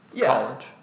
college